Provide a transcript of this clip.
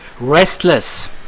restless